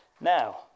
Now